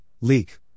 leak